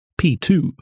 P2